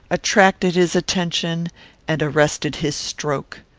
attracted his attention and arrested his stroke.